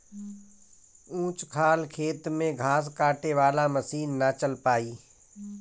ऊंच खाल खेत में घास काटे वाला मशीन ना चल पाई